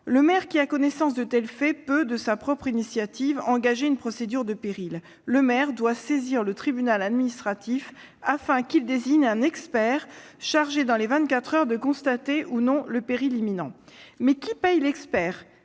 le maire qui a connaissance de tels faits peut, de sa propre initiative, engager une procédure de péril. Il doit saisir le tribunal administratif afin qu'il désigne un expert chargé, dans les vingt-quatre heures, de constater ou non le péril imminent. Mais qui paie l'expert ?